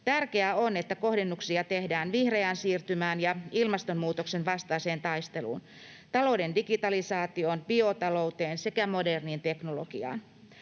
Tärkeää on, että kohdennuksia tehdään vihreään siirtymään ja ilmastonmuutoksen vastaiseen taisteluun, talouden digitalisaatioon, biotalouteen sekä moderniin teknologiaan.